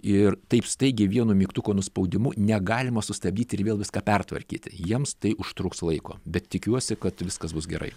ir taip staigiai vienu mygtuko nuspaudimu negalima sustabdyt ir vėl viską pertvarkyti jiems tai užtruks laiko bet tikiuosi kad viskas bus gerai